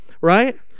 right